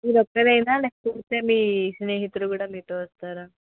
మీరు ఒక్కరేనా లేకపోతే మీ స్నేహితులు కూడా మీతో వస్తారా